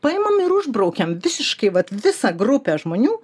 paimam ir užbraukiam visiškai vat visą grupę žmonių